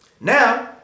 Now